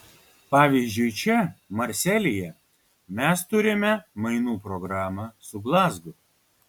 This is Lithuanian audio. pavyzdžiui čia marselyje mes turime mainų programą su glazgu